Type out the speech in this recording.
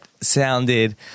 sounded